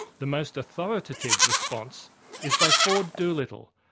the most authoritative response is by ford doolittle,